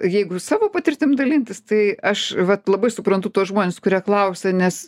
jeigu savo patirtim dalintis tai aš vat labai suprantu tuos žmones kurie klausia nes